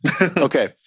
Okay